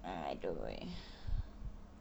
adoi